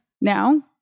Now